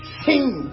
sing